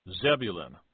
Zebulun